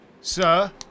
sir